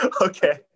Okay